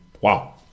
Wow